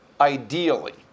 ideally